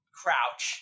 crouch